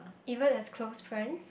even as close friends